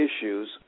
issues